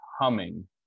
humming